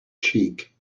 cheek